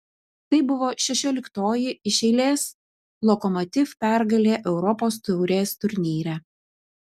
tai buvo šešioliktoji iš eilės lokomotiv pergalė europos taurės turnyre